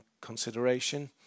consideration